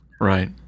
Right